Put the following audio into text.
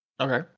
Okay